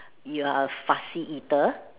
you're a fussy eater